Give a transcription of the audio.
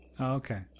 Okay